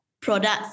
products